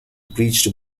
breached